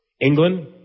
England